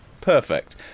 perfect